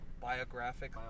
Biographic